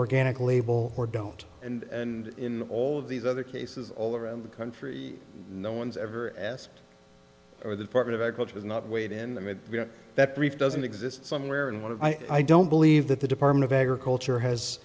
organic label or don't and in all of these other cases all around the country no one's ever asked or the department of agriculture has not weighed in that that brief doesn't exist somewhere in one of i don't believe that the department of agriculture has